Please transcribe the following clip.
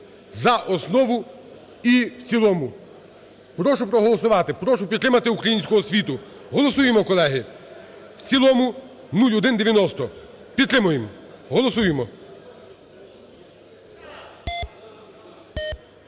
за основу і в цілому. Прошу проголосувати, прошу підтримати українську освіту, голосуємо, колеги, в цілому 0190. Підтримаємо! Голосуємо!